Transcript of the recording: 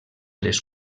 les